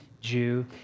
Jew